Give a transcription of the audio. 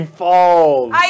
falls